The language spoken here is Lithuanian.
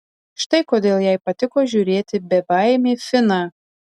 štai kodėl jai patiko žiūrėti bebaimį finą